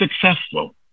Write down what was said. successful